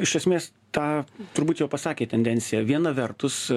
iš esmės tą turbūt jau pasakė tendenciją viena vertus